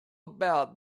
about